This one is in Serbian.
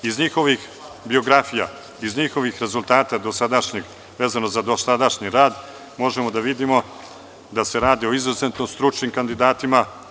Iz njihovih biografija, iz njihovih rezultata dosadašnjih vezano za dosadašnji rad možemo da vidimo da se radi o izuzetno stručnim kandidatima.